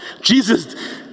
Jesus